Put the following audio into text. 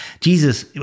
Jesus